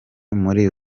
muri